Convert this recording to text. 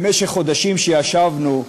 במשך החודשים שישבנו,